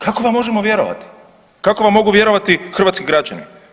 Kako vam možemo vjerovati, kako vam mogu vjerovati hrvatski građani?